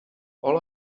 all